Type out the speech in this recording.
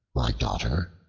my daughter,